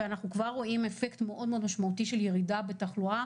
ואנחנו כבר רואים אפקט מאוד מאוד משמעותי של ירידה בתחלואה,